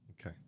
Okay